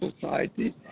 society